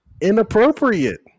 Inappropriate